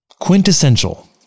quintessential